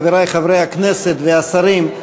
חברי חברי הכנסת והשרים,